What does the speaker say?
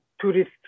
tourist